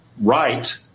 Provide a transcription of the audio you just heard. right